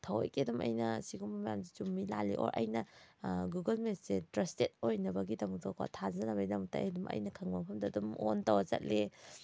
ꯊꯧꯑꯣꯏꯀꯤ ꯑꯗꯨꯝ ꯑꯩꯅ ꯑꯁꯤꯒꯨꯝꯕ ꯃꯌꯥꯝꯁꯤ ꯆꯨꯝꯃꯤ ꯂꯥꯜꯂꯤ ꯑꯣꯔ ꯑꯩꯅ ꯒꯨꯒꯜ ꯃꯦꯞꯁꯦ ꯇ꯭ꯔꯁꯇꯦꯠ ꯑꯣꯏꯅꯕꯒꯤ ꯗꯃꯛꯇꯀꯣ ꯊꯥꯖꯅꯕꯒꯤ ꯗꯃꯛꯇ ꯑꯩ ꯑꯗꯨꯝ ꯑꯩꯅ ꯈꯪꯕ ꯃꯐꯝꯗ ꯑꯗꯨꯝ ꯑꯣꯟ ꯇꯧꯔꯒ ꯆꯠꯂꯦ